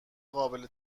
قابل